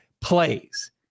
plays